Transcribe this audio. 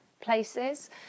places